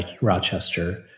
Rochester